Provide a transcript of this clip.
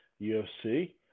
UFC